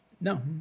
No